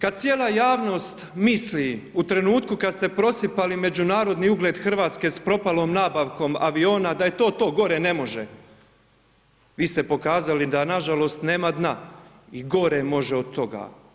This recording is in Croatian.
Kad cijela javnost misli u trenutku kad ste prosipali međunarodni ugled RH s propalom nabavkom aviona da je to to, gore ne može, vi ste pokazali da nažalost nema dna, i gore može od toga.